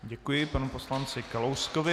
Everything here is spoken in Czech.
Děkuji panu poslanci Kalouskovi.